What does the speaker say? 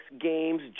games